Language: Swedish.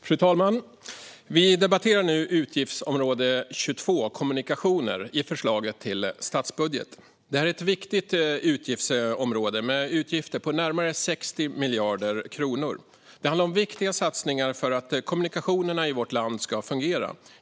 Fru talman! Vi debatterar nu utgiftsområde 22 Kommunikationer i förslaget till statsbudget. Detta är ett viktigt utgiftsområde med utgifter på närmare 60 miljarder kronor. Det handlar om viktiga satsningar för att kommunikationerna i vårt land ska fungera.